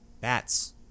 bats